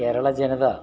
Kerala Janata